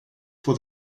for